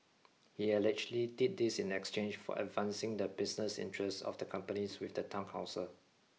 he allegedly did this in exchange for advancing the business interests of the companies with the town council